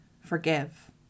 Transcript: forgive